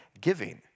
giving